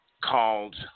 Called